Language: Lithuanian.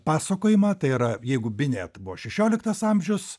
pasakojimą tai yra jeigu binėt buvo šešioliktas amžius